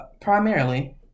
Primarily